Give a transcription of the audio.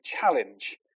challenge